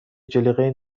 جلیقه